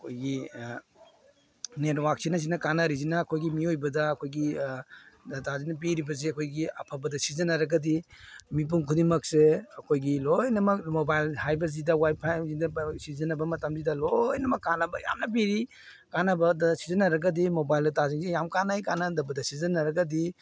ꯑꯩꯈꯣꯏꯒꯤ ꯅꯦꯠꯋꯥꯛꯁꯤꯅ ꯁꯤꯅ ꯀꯥꯟꯅꯔꯤꯁꯤꯅ ꯑꯩꯈꯣꯏꯒꯤ ꯃꯤꯑꯣꯏꯕꯗ ꯑꯩꯈꯣꯏꯒꯤ ꯗꯥꯇꯥꯁꯤꯅ ꯄꯤꯔꯤꯕꯁꯦ ꯑꯩꯈꯣꯏꯒꯤ ꯑꯐꯕꯗ ꯁꯤꯖꯤꯟꯅꯔꯒꯗꯤ ꯃꯤꯄꯨꯝ ꯈꯨꯗꯤꯡꯃꯛꯁꯦ ꯑꯩꯈꯣꯏꯒꯤ ꯂꯣꯏꯅꯃꯛ ꯃꯣꯕꯥꯏꯜ ꯍꯥꯏꯕꯁꯤꯗ ꯋꯥꯏꯐꯥꯏ ꯍꯥꯏꯕꯁꯤꯗ ꯋꯥꯏꯐꯥꯏꯁꯤꯗ ꯁꯤꯖꯤꯟꯅꯕ ꯃꯇꯝꯁꯤꯗ ꯂꯣꯏꯅꯃꯛ ꯀꯥꯟꯅꯕ ꯌꯥꯝꯅ ꯄꯤꯔꯤ ꯀꯥꯟꯅꯕꯗ ꯁꯤꯖꯤꯟꯅꯔꯒꯗꯤ ꯃꯣꯕꯥꯏꯜ ꯗꯥꯇꯥꯁꯤꯡꯁꯦ ꯌꯥꯝꯅ ꯀꯥꯟꯅꯩ ꯀꯥꯟꯅꯗꯕꯗ ꯁꯤꯖꯤꯟꯅꯔꯒꯗꯤ